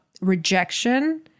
rejection